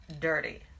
dirty